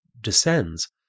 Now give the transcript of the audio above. descends